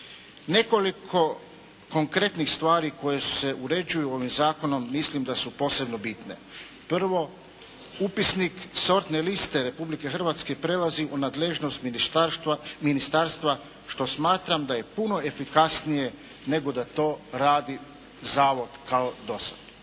Nekoliko konkretnih stvari koje se uređuju ovim zakonom mislim da su posebno bitne. Prvo, Upisnik sortne liste Republike Hrvatske prelazi u nadležnost ministarstva što smatram da je puno efikasnije nego da to radi zavod kao do sada.